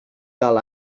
cal